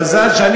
מעשה נסים.